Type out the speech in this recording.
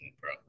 bro